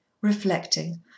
reflecting